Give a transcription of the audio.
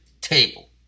table